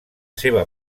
seva